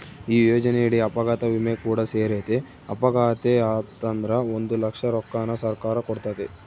ಈ ಯೋಜನೆಯಡಿ ಅಪಘಾತ ವಿಮೆ ಕೂಡ ಸೇರೆತೆ, ಅಪಘಾತೆ ಆತಂದ್ರ ಒಂದು ಲಕ್ಷ ರೊಕ್ಕನ ಸರ್ಕಾರ ಕೊಡ್ತತೆ